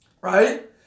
Right